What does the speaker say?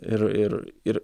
ir ir ir